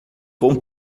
com